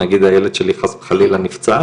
נגיד הילד שלי חס וחלילה נפצע,